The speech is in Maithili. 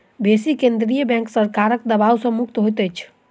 बेसी केंद्रीय बैंक सरकारक दबाव सॅ मुक्त होइत अछि